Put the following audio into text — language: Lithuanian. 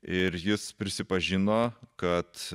ir jis prisipažino kad